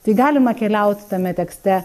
tai galima keliaut tame tekste